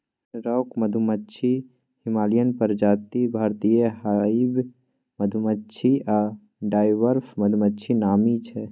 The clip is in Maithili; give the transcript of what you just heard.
राँक मधुमाछी, हिमालयन प्रजाति, भारतीय हाइब मधुमाछी आ डवार्फ मधुमाछी नामी छै